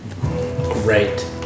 Great